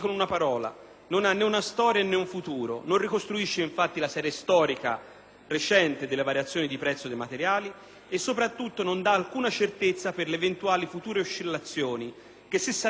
recente delle variazioni di prezzo dei materiali e soprattutto non dà alcuna certezza per le eventuali future oscillazioni che, se saranno ampie, potranno prefigurare davvero per molti cantieri il rischio della chiusura.